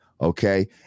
Okay